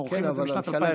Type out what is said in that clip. מורחים את זה מאז 2007. כן,